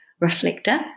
reflector